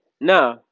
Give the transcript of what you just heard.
Now